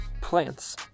plants